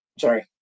Sorry